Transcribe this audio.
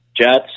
Jets